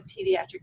pediatric